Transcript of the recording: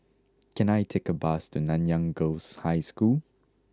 can I take a bus to Nanyang Girls' High School